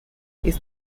his